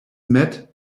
met